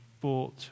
bought